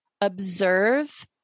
Observe